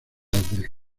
del